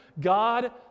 God